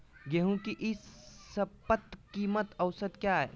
गेंहू के ई शपथ कीमत औसत क्या है?